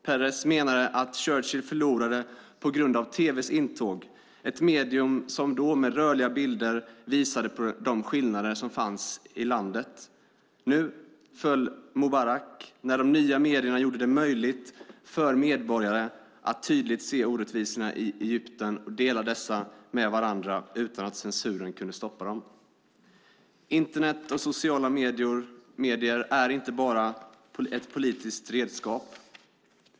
Peres menade att Churchill förlorade på grund av intåget av tv, ett medium som med rörliga bilder visade på de skillnader som fanns i landet. Nu föll Mubarak när de nya medierna gjorde det möjligt för medborgare att tydligt se orättvisorna i Egypten och dela dessa med varandra utan att censuren kunde stoppa dem. Internet och sociala medier är inte bara ett politiskt redskap.